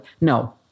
No